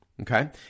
Okay